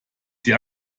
sie